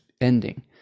ending